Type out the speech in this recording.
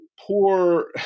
poor